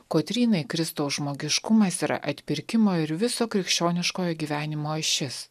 kotrynai kristaus žmogiškumas yra atpirkimo ir viso krikščioniškojo gyvenimo ašis